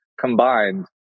combined